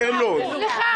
בלוד.